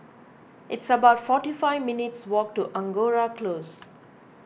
it's about forty five minutes' walk to Angora Close